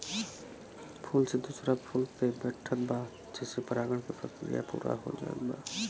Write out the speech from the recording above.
फूल से दूसरा फूल पे बैठत बा जेसे परागण के प्रक्रिया पूरा हो जात बा